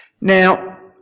Now